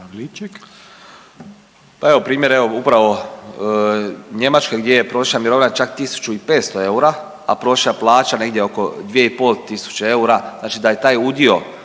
Evo primjer, upravo Njemačka gdje prosječna mirovina čak 1.500 eura, a prosječna plaća negdje oko 2.500 eura, znači da je taj udio